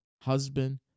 husband